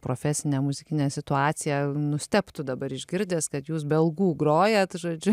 profesinę muzikinę situaciją nustebtų dabar išgirdęs kad jūs be algų grojat žodžiu